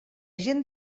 gent